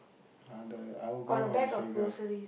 I the I will buy from the Sekar